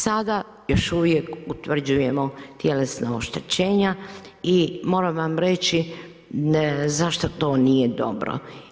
Sada još uvijek utvrđujemo tjelesna oštećenja i mogu vam reći zašto to nije dobro.